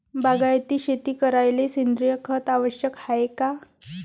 बागायती शेती करायले सेंद्रिय खत आवश्यक हाये का?